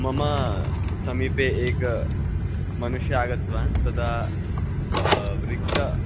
मम समीपे एकः मनुष्यः आगतवान् तदा रिक्तः